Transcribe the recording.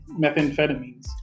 methamphetamines